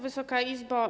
Wysoka Izbo!